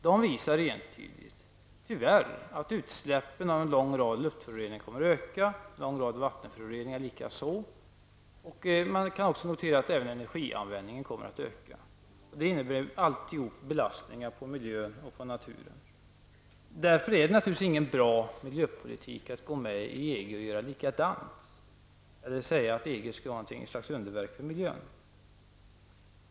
Dessa analyser visar -- tyvärr -- entydigt att utsläppen från en lång rad luftföroreningar och vattenföroreningar kommer att öka, och man kan också notera att även energianvändningen kommer att öka. Allt detta innebär belastningar på miljön och naturen. Därför är det naturligtvis ingen bra miljöpolitik att gå med i EG och göra likadant. Man kan alltså inte säga att EG skulle innebära något slags underverk för miljön.